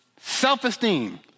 Self-esteem